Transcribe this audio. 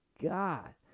God